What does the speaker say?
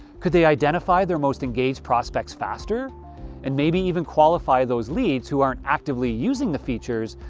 could they identify their most engaged prospects faster and maybe even qualify those leads who aren't actively using the features,